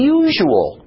usual